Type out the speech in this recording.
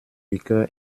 liqueur